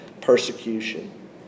persecution